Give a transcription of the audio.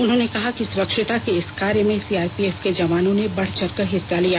उन्होंने कहा कि स्वच्छता के इस कार्य में सीआरपीएफ के जवानों ने बढ़ चढ़कर हिस्सा लिया